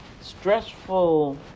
stressful